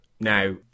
Now